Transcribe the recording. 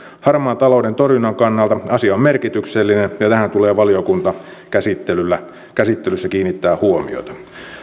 harmaan talouden torjunnan kannalta asia on merkityksellinen ja tähän tulee valiokuntakäsittelyssä kiinnittää huomiota